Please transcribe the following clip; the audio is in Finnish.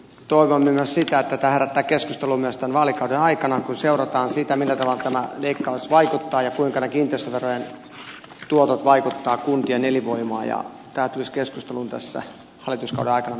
toivomme myös sitä että tämä herättää keskustelua myös tämän vaalikauden aikana kun seurataan sitä millä tavalla tämä leikkaus vaikuttaa ja kuinka ne kiinteistöverojen tuotot vaikuttavat kuntien elinvoimaan ja tämä tulisi keskusteluun hallituskauden aikana vielä uudelleen